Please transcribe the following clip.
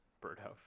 Birdhouse